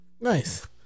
nice